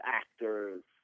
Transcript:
actors